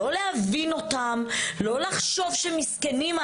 לא להבין אותם ולחשוב שהם מסכנים.